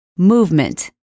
Movement